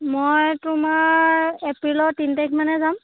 মই তোমাৰ এপ্ৰিলৰ তিনি তাৰিখ মানে যাম